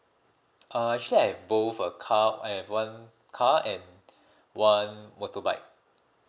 uh actually I have both uh car I've one car and one motorbike